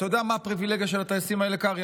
אתה יודע מה הפריבילגיה של הטייסים האלה, קרעי?